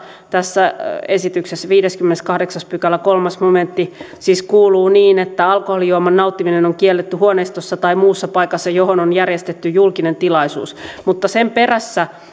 tässä esityksessä viidennenkymmenennenkahdeksannen pykälän kolmas momentti kuuluu niin että alkoholijuoman nauttiminen on kielletty huoneistossa tai muussa paikassa johon on järjestetty julkinen tilaisuus mutta sen perässä